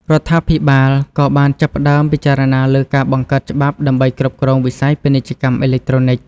រដ្ឋាភិបាលក៏បានចាប់ផ្តើមពិចារណាលើការបង្កើតច្បាប់ដើម្បីគ្រប់គ្រងវិស័យពាណិជ្ជកម្មអេឡិចត្រូនិក។